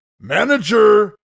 manager